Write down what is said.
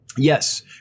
Yes